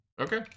Okay